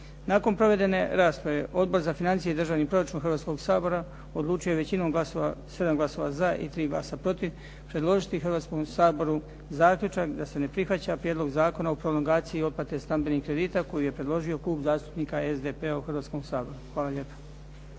Nakon provedene rasprave Odbor za financije i državni proračun Hrvatskoga sabora odlučio je većinom glasova 7 glasova za i 3 glasa protiv predložiti Hrvatskom saboru zaključak da se ne prihvaća Prijedlog zakona o prolongaciji otplate stambenih kredita koji je predložio Klub zastupnika SDP-a u Hrvatskom saboru. Hvala lijepa.